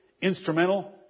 instrumental